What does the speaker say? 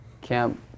Camp